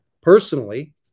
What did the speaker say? personally